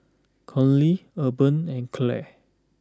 Conley Urban and Claire